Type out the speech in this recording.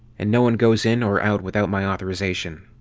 and no one goes in or out without my authorization.